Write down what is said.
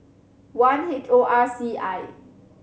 one H O R C I